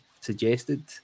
suggested